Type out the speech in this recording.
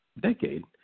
decade